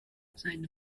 seine